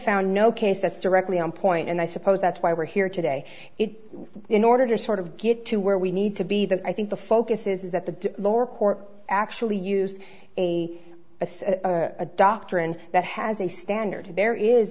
found no case that's directly on point and i suppose that's why we're here today it in order to sort of get to where we need to be that i think the focus is that the lower court actually used a a a a doctrine that has a standard there is